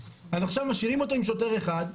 אז עכשיו משאירים אותו עם שוטר אחד.